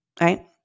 right